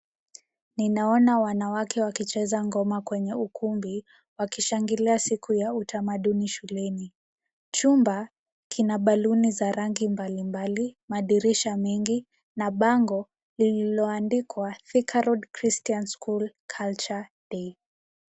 Ninaona wanawake wakicheza ngoma kwenye ukumbi, wakishangilea siku ya utamaduni shuleni, chumba kina baluni za rangi mbalimbali, madirisha mingi na bango liloandikwa Thikaroad Christian School Culture Day .